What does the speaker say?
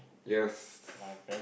yes